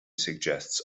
suggests